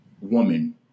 woman